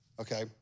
okay